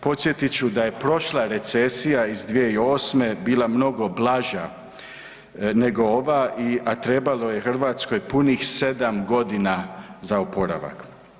Podsjetit ću da je prošla recesija iz 2008. bila mnogo blaža nego ova, a trebalo je Hrvatskoj punih sedam dogina za oporavak.